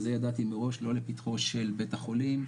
ואת זה ידעתי מראש לא לפתחו של בית החולים,